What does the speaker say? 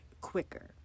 quicker